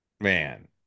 man